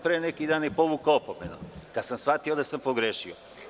Pre neki dan sam povukao opomenu, kada sam shvatio da sam pogrešio.